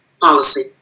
policy